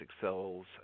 cells